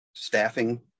staffing